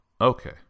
okay